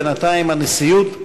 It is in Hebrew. בינתיים הנשיאות,